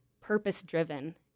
purpose-driven